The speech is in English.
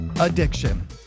addiction